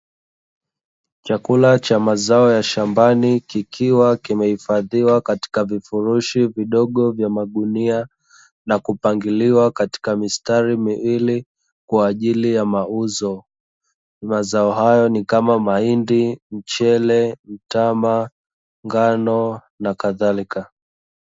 Chakula cha mazao ya shambani kikiwa kimehifadhiwa katika vifurushi vidogo vya magunia na kupangiliwa katika mistari miwili kwa ajili ya mauzo, mazao hayo ni kama, mahindi, mchele, mtama, ngano na kadhalika.